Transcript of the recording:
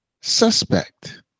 suspect